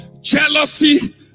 jealousy